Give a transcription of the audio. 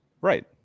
right